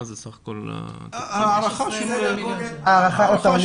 זה בסך הכל ה- -- הערכה של --- עוד פעם,